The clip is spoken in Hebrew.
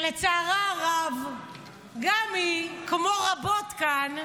שלצערה הרב גם היא, כמו רבות כאן,